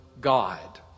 God